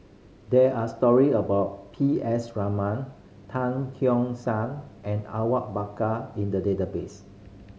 there are story about P S Raman Tan Keong Saik and Awang Bakar in the database